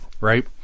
Right